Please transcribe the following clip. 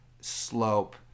slope